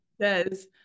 says